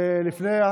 תודה רבה.